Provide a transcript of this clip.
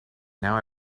now